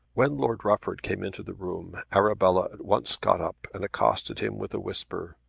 when lord rufford came into the room arabella at once got up and accosted him with a whisper.